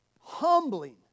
humbling